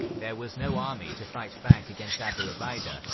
there was no army to fight back against abu ubaidah,